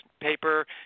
paper